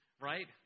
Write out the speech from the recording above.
Right